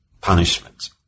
punishment